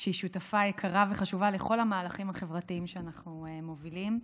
שהיא שותפה יקרה וחשובה בכל המהלכים החברתיים שאנחנו מובילים.